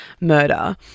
murder